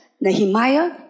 Nehemiah